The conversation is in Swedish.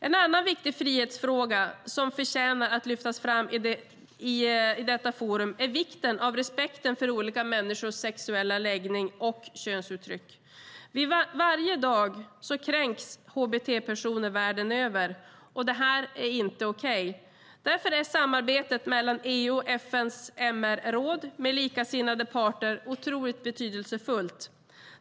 En annan viktig frihetsfråga som förtjänar att lyftas fram i detta forum är vikten av respekt för människors olika sexuella läggning och könsuttryck. Varje dag kränks hbt-personer världen över. Det är inte okej. Därför är samarbetet mellan EU och FN:s MR-råd med likasinnade parter otroligt betydelsefullt.